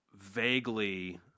vaguely